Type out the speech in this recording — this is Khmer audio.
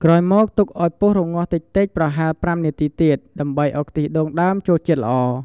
ក្រោយមក ទុកឱ្យពុះរំងាស់តិចៗប្រហែល ៥ នាទីទៀត ដើម្បីឱ្យខ្ទិះដូងដើមចូលជាតិល្អ។